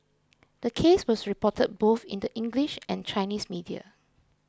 the case was reported both in the English and Chinese media